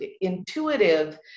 Intuitive